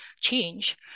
change